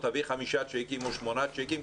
חמישה צ'קים או שמונה צ'קים,